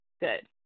good